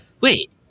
Wait